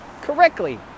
correctly